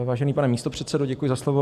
Vážený pane místopředsedo, děkuji za slovo.